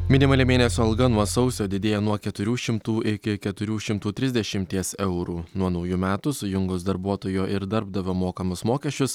minimali mėnesio alga nuo sausio didėja nuo keturių šimtų iki keturių šimtų trisdešimties eurų nuo naujų metų sujungus darbuotojo ir darbdavio mokamus mokesčius